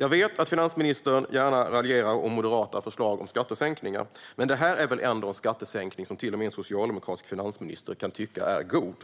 Jag vet att finansministern gärna raljerar om moderata förslag om skattesänkningar, men detta är väl ändå en skattesänkning som till och med en socialdemokratisk finansminister kan tycka är god.